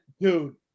Dude